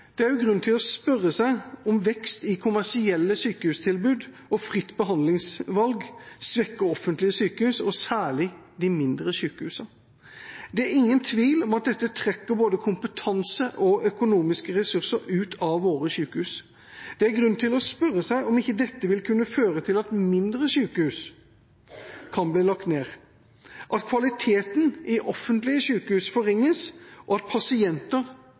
Det er grunn til å spørre seg om vekst i kommersielle sykehustilbud og fritt behandlingsvalg svekker offentlige sykehus, og særlig de mindre sykehusene. Det er ingen tvil om at dette trekker både kompetanse og økonomiske ressurser ut av våre sykehus. Det er grunn til å spørre seg om dette ikke vil kunne føre til at mindre sykehus kan bli lagt ned, at kvaliteten i offentlige sykehus forringes, og at pasienter